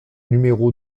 numéro